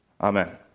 Amen